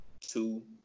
two